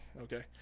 Okay